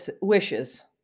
wishes